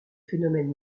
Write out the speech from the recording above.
phénomènes